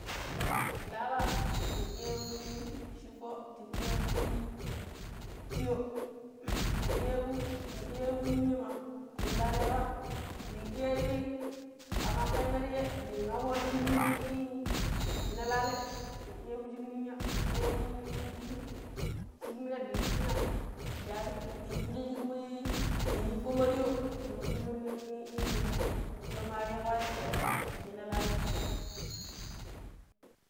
﻿Laala ndank iya ibuii schuffo, ndank iya ibuii tiiyo, ndank iya ibu ninya ma nin laalai ba? ndank iya ii, khama kha yuu merchjee ndank afuuya schik-chjuu nin ii mina laalai ndank iya iibuu chjik ninya, ndank iya iibuiii iii schik mina dii iippi chiinadii ari ndan iifoo shiik maai ndii iifoo ma tiiyo ndii tukkuchjo tiiyo nin ii minai tiiyo maa rii kho ayai kenan mina laalai.